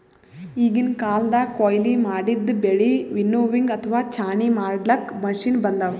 ಈಗಿನ್ ಕಾಲ್ದಗ್ ಕೊಯ್ಲಿ ಮಾಡಿದ್ದ್ ಬೆಳಿ ವಿನ್ನೋವಿಂಗ್ ಅಥವಾ ಛಾಣಿ ಮಾಡ್ಲಾಕ್ಕ್ ಮಷಿನ್ ಬಂದವ್